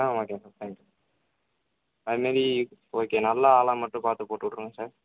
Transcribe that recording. ah okay sir thank you அது மாதிரி okay நல்ல ஆளாக மட்டும் பார்த்து போட்டுவிட்டுருங்க சார்